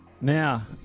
Now